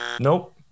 Nope